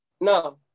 Now